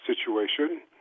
situation